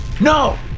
no